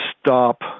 stop